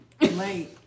late